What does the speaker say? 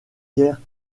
guerre